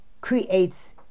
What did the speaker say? creates